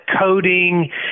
coding